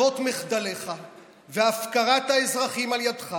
בעקבות מחדליך והפקרת האזרחים על ידך